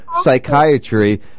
Psychiatry